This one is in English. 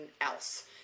else